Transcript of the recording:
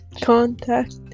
contact